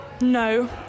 No